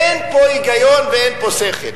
אין פה היגיון ואין פה שכל.